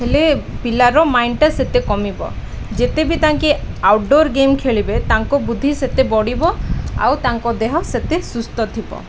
ହେଲେ ପିଲାର ମାଇଣ୍ଡଟା ସେତେ କମିବ ଯେତେ ବି ତାଙ୍କେ ଆଉଟ୍ଡୋର ଗେମ୍ ଖେଳିବେ ତାଙ୍କ ବୁଦ୍ଧି ସେତେ ବଢ଼ିବ ଆଉ ତାଙ୍କ ଦେହ ସେତେ ସୁସ୍ଥ ଥିବ